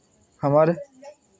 हमर